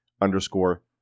underscore